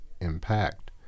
impact